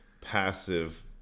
passive